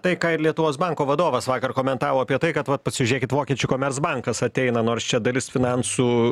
tai ką ir lietuvos banko vadovas vakar komentavo apie tai kad vat pasižiūrėkit vokiečių komercbankas ateina nors čia dalis finansų